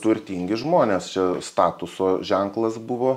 turtingi žmonės čia statuso ženklas buvo